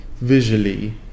visually